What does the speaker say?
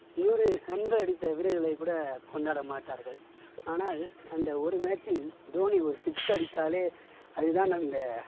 நூறு ரன்கள் அடித்த வீரர்களை கூட கொண்டாட மாட்டார்கள் ஆனால் அந்த ஒரு மேட்சில் தோனி ஒரு சிக்ஸ் அடித்தாலே அது தான் அந்த